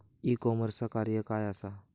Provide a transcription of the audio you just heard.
E कॉमर्सचा कार्य काय असा?